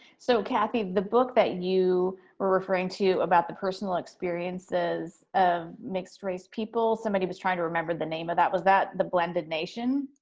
so cathy, the book that you were referring to about the personal experiences of mixed-race people, somebody was trying to remember the name of that. was that the blended nation?